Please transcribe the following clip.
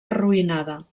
arruïnada